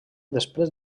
després